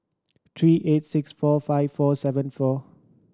three eight six four five four seven four